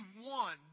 one